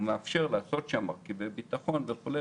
זה מאפשר לעשות שם מרכיבי ביטחון וכולי,